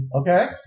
Okay